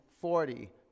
forty